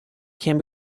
can